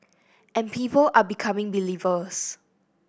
and people are becoming believers